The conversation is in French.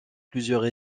plusieurs